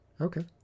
okay